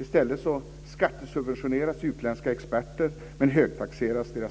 I stället skattesubventioneras utländska experter medan deras